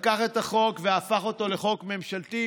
לקח את החוק והפך אותו לחוק ממשלתי,